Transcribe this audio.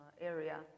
area